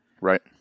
Right